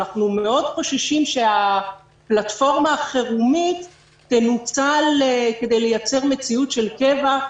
אנחנו חוששים מאוד שהפלטפורמה החירומית תנוצל כדי לייצר מציאות של קבע,